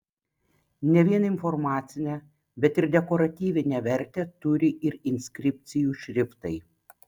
ne vien informacinę bet ir dekoratyvinę vertę turi ir inskripcijų šriftai